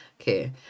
Okay